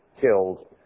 killed